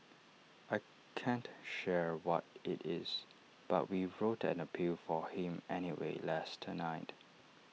I can't share what IT is but we wrote an appeal for him anyway last night